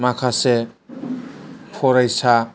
माखासे फरायसा